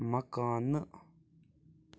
مکانہٕ